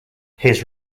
his